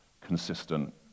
consistent